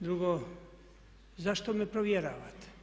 Drugo, zašto me provjeravate?